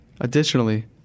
Additionally